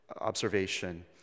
observation